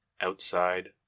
outside